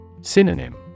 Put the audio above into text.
Synonym